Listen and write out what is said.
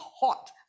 hot